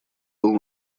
был